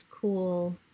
cool